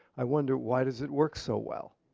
i wonder, why does it work so well?